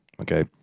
Okay